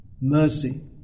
mercy